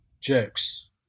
jokes